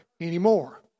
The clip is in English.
anymore